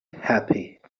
happy